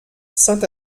saint